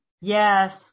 Yes